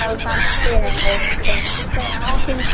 कल संडे है तो ठीक है आओ फिर